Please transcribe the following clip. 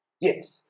yes